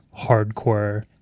hardcore